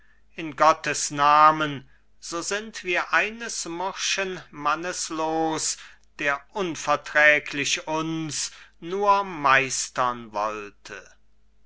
in gottes namen so sind wir eines mürrschen mannes los der unverträglich uns nur meistern wollte